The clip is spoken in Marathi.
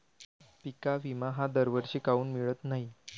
पिका विमा हा दरवर्षी काऊन मिळत न्हाई?